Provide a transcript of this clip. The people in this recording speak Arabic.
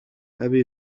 أبي